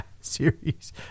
series